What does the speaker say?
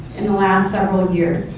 in the last several years.